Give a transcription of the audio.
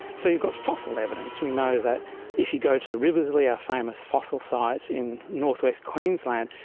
so you've got fossil evidence. we know that if you go to riversleigh, a ah famous fossil site in north-west queensland,